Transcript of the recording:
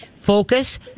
focus